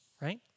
right